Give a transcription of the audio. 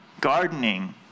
Gardening